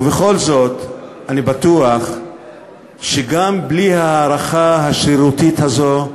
ובכל זאת, אני בטוח שגם בלי ההארכה השרירותית הזו,